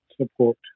support